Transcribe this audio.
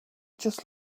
just